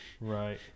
Right